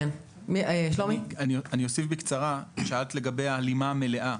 אני אוסיף בקצרה, שאלת לגבי ההלימה המלאה.